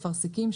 אפרסקים,